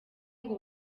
ngo